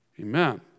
Amen